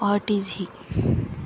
what is he